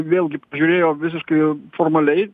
vėlgi pažiūrėjo visiškai formaliai